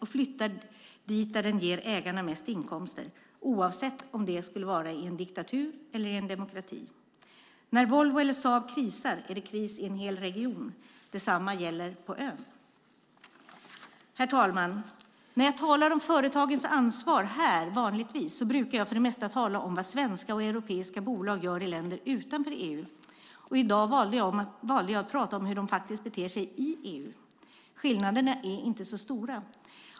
Den flyttar dit där den ger ägarna mest inkomster, oavsett om det skulle vara i en diktatur eller i en demokrati. När Volvo eller Saab krisar är det kris i en hel region. Detsamma gäller på ön. Herr talman! När jag talar om företagens ansvar i kammaren brukar jag för det mesta tala om vad svenska och europeiska bolag gör i länder utanför EU. I dag valde jag att tala om hur de faktiskt beter sig i EU. Skillnaderna är inte så stora.